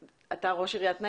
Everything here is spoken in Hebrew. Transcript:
ראש עיריית נשר,